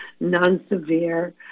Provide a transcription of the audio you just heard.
non-severe